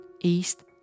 east